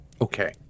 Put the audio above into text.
Okay